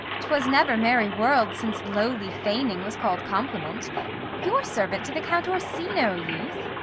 t was never merry world since lowly feigning was call'd compliment you're servant to the count orsino, youth.